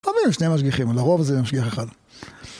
קבלו שני משגחים, על הרוב זה משגיח אחד.